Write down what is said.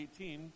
18